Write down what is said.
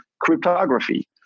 cryptography